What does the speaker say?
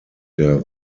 der